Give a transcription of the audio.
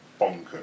bonkers